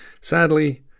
Sadly